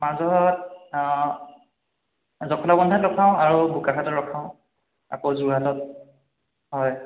মাজত জখলাবন্ধাত ৰখাওঁ আৰু বোকাখাতত ৰখাওঁ আকৌ যোৰহাটত হয়